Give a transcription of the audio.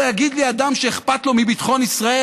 לא יגיד לי אדם שאכפת לו מביטחון ישראל